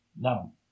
No